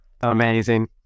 Amazing